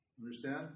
Understand